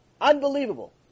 Unbelievable